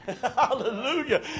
Hallelujah